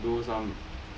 do some